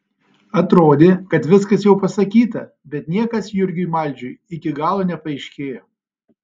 atrodė kad viskas jau pasakyta bet niekas jurgiui maldžiui iki galo nepaaiškėjo